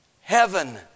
heaven